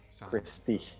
Christie